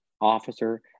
officer